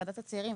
ועדת הצעירים,